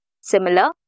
similar